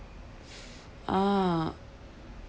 ah